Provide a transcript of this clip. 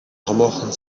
томоохон